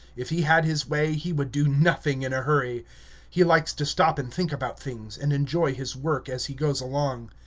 if he had his way, he would do nothing in a hurry he likes to stop and think about things, and enjoy his work as he goes along.